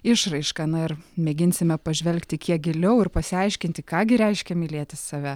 išraiška na ir mėginsime pažvelgti kiek giliau ir pasiaiškinti ką gi reiškia mylėti save